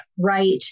right